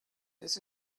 this